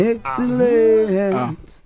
Excellent